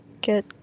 get